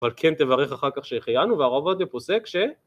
אבל כן תברך אחר כך שהחיינו, והרב עובדיה פוסק ש...